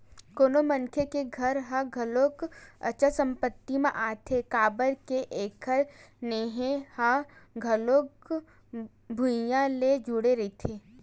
कोनो मनखे के घर ह घलो अचल संपत्ति म आथे काबर के एखर नेहे ह घलो भुइँया ले जुड़े रहिथे